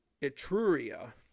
Etruria